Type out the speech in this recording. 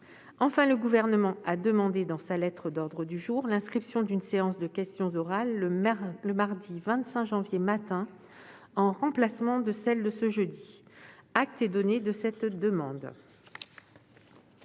Enfin, le Gouvernement a demandé dans sa lettre d'ordre du jour l'inscription d'une séance de questions orales le mardi 25 janvier au matin, en remplacement de celle de ce jeudi. Acte est donné de cette demande.